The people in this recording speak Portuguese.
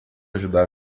ajudar